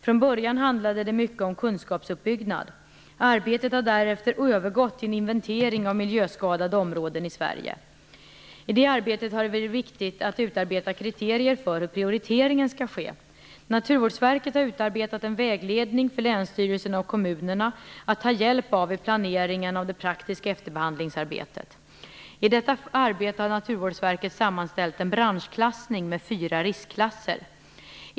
Från början handlade det mycket om en kunskapsuppbyggnad. Arbetet har därefter övergått till en inventering av miljöskadade områden i Sverige. I detta arbete har det varit viktigt att utarbeta kriterier för hur prioriteringen skall ske. Naturvårdsverket har utarbetat en vägledning för länsstyrelserna och kommunerna att ta hjälp av vid planeringen av det praktiska efterbehandlingsarbetet. I detta arbete har Naturvårdsverket sammanställt en branschklassning med fyra riskklasser.